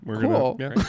Cool